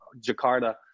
Jakarta